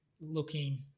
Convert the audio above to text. looking